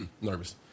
Nervous